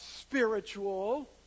spiritual